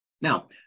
Now